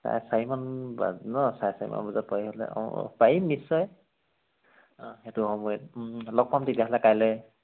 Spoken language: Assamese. চাৰে চাৰিমান বাজিব ন চাৰে চাৰিমান বজাত পাই গ'লে অ' পাৰিম নিশ্চয় সেইটো সময়ত ওম লগ পাম তেতিয়াহ'লে কাইলৈ